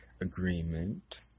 agreement